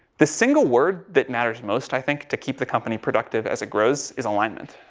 the single word that matters most, i think, to keep the company productive as it grows is alignment.